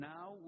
Now